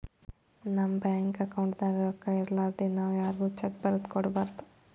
ನಮ್ ಬ್ಯಾಂಕ್ ಅಕೌಂಟ್ದಾಗ್ ರೊಕ್ಕಾ ಇರಲಾರ್ದೆ ನಾವ್ ಯಾರ್ಗು ಚೆಕ್ಕ್ ಬರದ್ ಕೊಡ್ಬಾರ್ದು